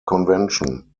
convention